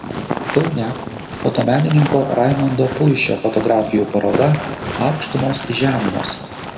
kaune fotomenininko raimondo puišio fotografijų paroda aukštumos žemumos